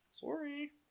Sorry